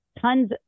tons